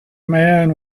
man